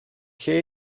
lle